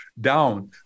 down